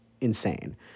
insane